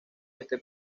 este